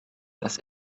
dass